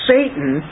Satan